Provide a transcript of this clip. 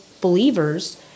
believers